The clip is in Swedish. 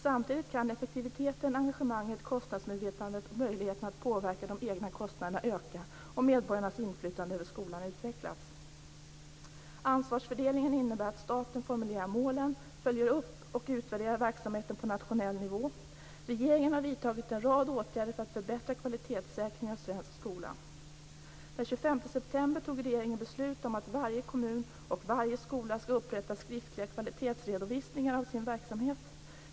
Samtidigt kan effektiviteten, engagemanget, kostnadsmedvetandet och möjligheterna att påverka de egna kostnaderna öka och medborgarnas inflytande över skolan utvecklas. Ansvarsfördelningen innebär att staten formulerar målen, följer upp och utvärderar verksamheten på nationell nivå. Regeringen har vidtagit en rad åtgärder för att förbättra kvalitetssäkringen av svensk skola. Den 25 september tog regeringen beslut om att varje kommun och varje skola skall upprätta skriftliga kvalitetsredovisningar av sin verksamhet.